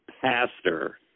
pastor